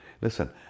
Listen